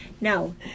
No